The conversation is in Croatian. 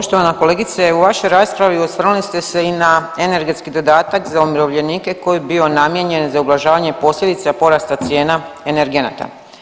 Poštovana kolegice u vašoj raspravi osvrnuli ste se i na energetski dodatak za umirovljenike koji je bio namijenjen za ublažavanje posljedica porasta cijena energenata.